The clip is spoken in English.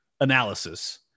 Analysis